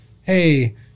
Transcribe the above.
hey